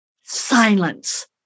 silence